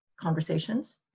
conversations